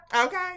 Okay